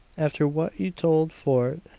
after what you told fort,